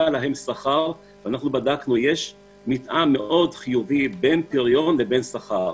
להם שכר אנחנו בדקנו ויש מתאם מאוד חיובי בין פריון לבין שכר.